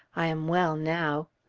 i am well now.